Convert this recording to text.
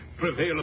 prevail